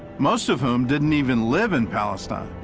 most of whom didn't even live in palestine.